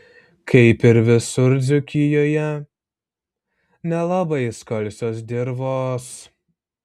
kaip ir visur dzūkijoje nelabai skalsios dirvos